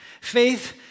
Faith